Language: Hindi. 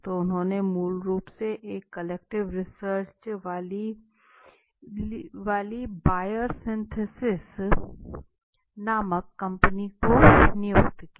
तो उन्होंने मूल रूप से एक क्वालिटेटिव रिसर्च वाली बायर सिंथेसिस नमक कंपनी को नियुक्त किया